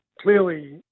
clearly